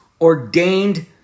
ordained